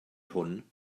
hwn